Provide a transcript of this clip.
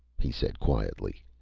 he said quietly,